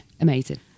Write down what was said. amazing